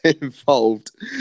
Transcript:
involved